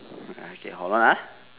okay hold on ah